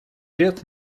лет